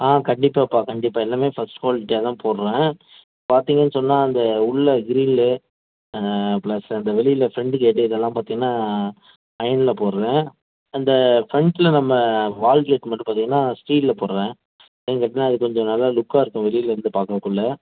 ஆ கண்டிப்பாகப்பா கண்டிப்பாக எல்லாமே ஃபஸ்ட் குவாலிட்டியாகதான் போடுகிறேன் பார்த்திங்கன்னு சொன்னால் அந்த உள்ளே க்ரில்லு ப்ளஸ் அந்த வெளியில் ஃப்ரண்ட்டு கேட்டு இதெல்லாம் பார்த்திங்கன்னா அயனில் போடுகிறேன் அந்த ஃப்ரண்ட்டில் நம்ம வால் கேட்டு மட்டும் பார்த்திங்கன்னா ஸ்டீலில் போடுறேன் ஏன்னெனு கேட்டிங்கன்னால் அது கொஞ்சம் நல்லா லுக்காக இருக்கும் வெளிலிருந்து பார்க்கக்குள்ள